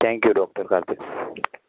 thank you doctor Kartik